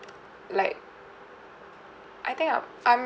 like I think I'm I'm